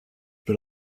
but